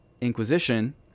Inquisition